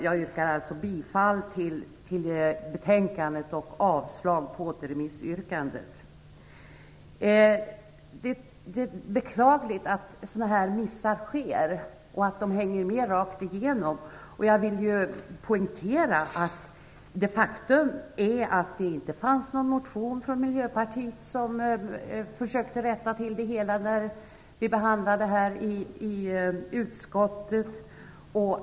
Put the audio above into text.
Jag yrkar bifall till utskottets hemställan och avslag på återremissyrkandet. Det är beklagligt att sådana här missar sker och att de hänger med rakt igenom. Jag vill poängtera det faktum att det inte fanns någon motion från miljöpartiet som försökte rätta till det hela när vi behandlade ärendet i utskottet.